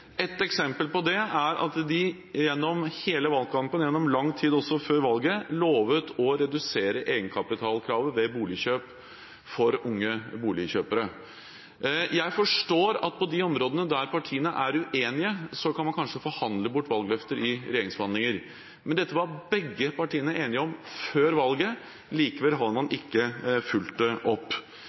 eksempel på det er at de gjennom hele valgkampen – og gjennom lang tid også før valget – lovet å redusere egenkapitalkravet ved boligkjøp for unge boligkjøpere. Jeg forstår at på de områdene der partiene er uenige, så kan man kanskje forhandle bort valgløfter i regjeringsforhandlinger. Men dette var begge partiene enige om før valget. Likevel har man ikke fulgt det opp.